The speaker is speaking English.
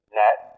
net